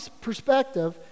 perspective